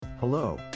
Hello